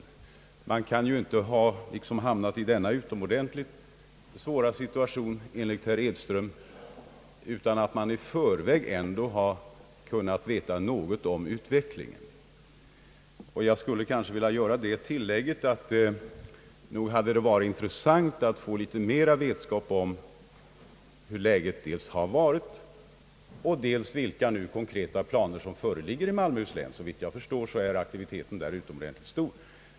Man kan ju inte ha hamnat i denna svåra situation, enligt herr Edström, utan att ändå i förväg kunnat veta något om utvecklingen. Jag skulle vilja göra det tillägget att det nog hade varit intressant att få litet mer vetskap dels om hur läget har varit och dels om vilka konkreta planer som föreligger i Malmöhus län. Såvitt jag förstår är aktiviteten där utomordentligt stor.